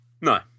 No